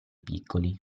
piccoli